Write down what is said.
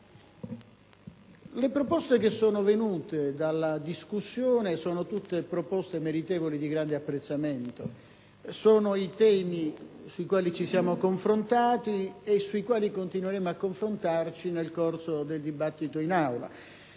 Le proposte che sono venute dalla discussione sono tutte meritevoli di grande apprezzamento. Sono i temi su cui ci siamo confrontati e su cui continueremo a confrontarci nel corso del dibattito in Aula.